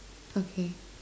okay